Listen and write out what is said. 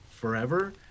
forever